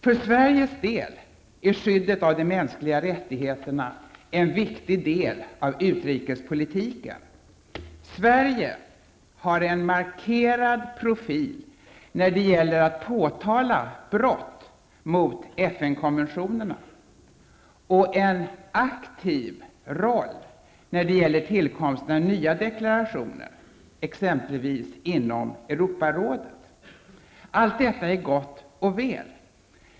För Sveriges del är skyddet av de mänskliga rättigheterna en viktig del av utrikespolitiken. Sverige har en markerad profil när det gäller att påtala brott mot FN-konventionerna och en aktiv roll när det gäller tillkomsten av nya deklarationer, exempelvis inom Europarådet. Allt detta är gott och väl.